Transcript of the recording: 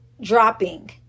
dropping